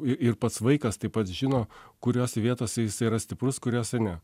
ir pats vaikas taip pat žino kuriose vietose jis yra stiprus kuriose ne